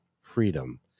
Freedom